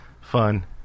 fun